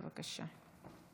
בבקשה.